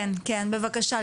בבקשה.